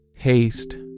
taste